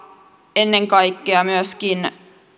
ennen kaikkea myöskin